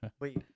wait